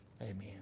amen